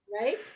right